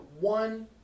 one